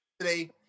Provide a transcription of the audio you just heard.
today